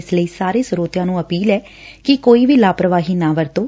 ਇਸ ਲਈ ਸਾਰੇ ਸਰੋਤਿਆ ਨੂੰ ਅਪੀਲ ਐ ਕਿ ਕੋਈ ਵੀ ਲਾਪਰਵਾਹੀ ਨਾ ਵਰਤੋਂ